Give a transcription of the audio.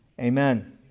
Amen